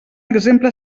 exemple